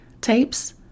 tapes